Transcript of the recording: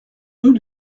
rue